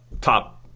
top